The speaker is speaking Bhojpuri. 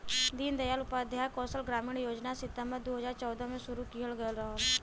दीन दयाल उपाध्याय कौशल ग्रामीण योजना सितम्बर दू हजार चौदह में शुरू किहल गयल रहल